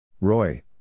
Roy